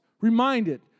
reminded